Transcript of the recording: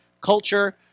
Culture